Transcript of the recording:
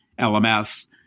LMS